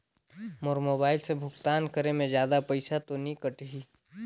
Mobile से भुगतान करे मे जादा पईसा तो नि कटही?